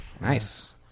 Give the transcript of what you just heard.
Nice